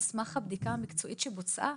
על סמך הבדיקה המקצועית שבוצעה,